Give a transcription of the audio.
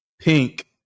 Pink